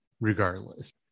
regardless